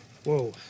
Whoa